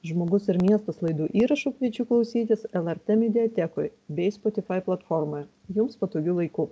žmogus ir miestas laidų įrašų kviečiu klausytis lrt mediatekoj bei spotifai platformoje jums patogiu laiku